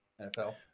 NFL